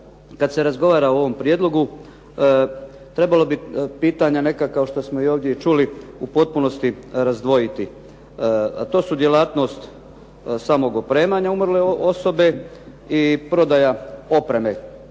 kad se razgovara o ovom prijedlogu trebalo bi pitanja neka, kao što smo ovdje i čuli, u potpunosti razdvojiti. To su djelatnost samog opremanja umrle osobe i prodaja opreme,